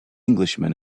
englishman